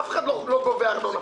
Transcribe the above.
אף אחד לא גובה ארנונה.